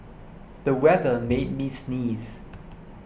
the weather made me sneeze